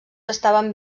estaven